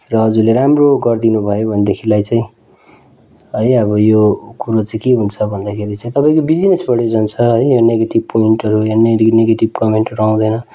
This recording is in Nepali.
र हजुरले राम्रो गरिदिनु भयो भनेदेखिलाई चाहिँ है अब यो कुरो चाहिँ के हुन्छ भन्दाखेरि चाहिँ तपाईँको बिजिनेस बढेर जान्छ है यो नेगेटिभ पोइन्टहरू या नेगेटिभ कमेन्टहरू आउँदैन